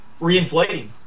reinflating